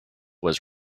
was